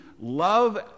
love